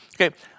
Okay